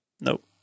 Nope